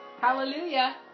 Hallelujah